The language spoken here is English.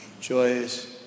joyous